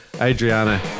Adriana